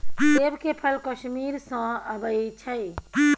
सेब के फल कश्मीर सँ अबई छै